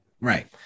Right